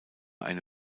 eine